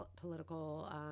political